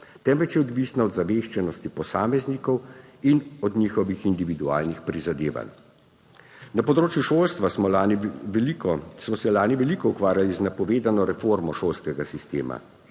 temveč je odvisna od ozaveščenosti posameznikov in od njihovih individualnih prizadevanj. Na področju šolstva smo se lani veliko ukvarjali z napovedano reformo šolskega sistema.